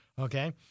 Okay